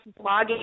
blogging